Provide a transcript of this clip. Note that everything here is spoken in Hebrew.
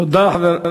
תכתוב בפייסבוק.